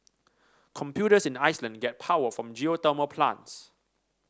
computers in Iceland get power from geothermal plants